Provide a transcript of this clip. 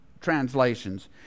translations